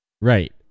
Right